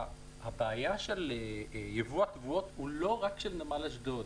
הבעיה של יבוא התבואות הוא לא רק של נמל אשדוד,